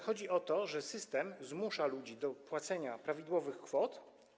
Chodzi o to, że system zmusza ludzi do płacenia właściwych kwot.